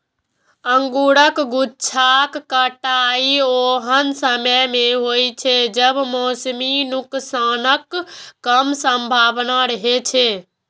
अंगूरक गुच्छाक कटाइ ओहन समय मे होइ छै, जब मौसमी नुकसानक कम संभावना रहै छै